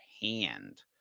hand